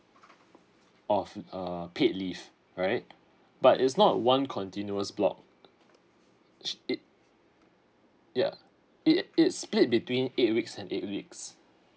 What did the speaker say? of err paid leave right but it's not one continuous block sh~ it yeah it it split between eight weeks and eight weeks